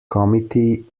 committee